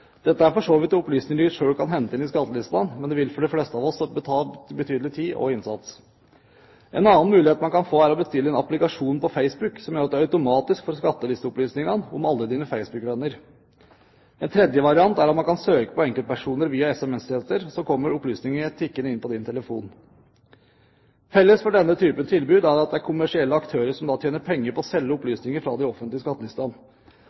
Dette er for så vidt opplysninger du selv kan hente inn via skattelistene, men det vil for de fleste av oss kreve betydelig tid og innsats. En annen mulighet er å bestille en applikasjon på Facebook, som gjør at du automatisk får skattelisteopplysninger om alle dine Facebook-venner. En tredje variant er at man kan søke på enkeltpersoner via SMS-tjenester, og så kommer opplysninger tikkende inn på din telefon. Felles for denne typen tilbud er at det er kommersielle aktører som tjener penger på å selge opplysninger fra de offentlige skattelistene.